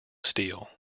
steel